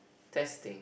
testing